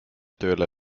tööle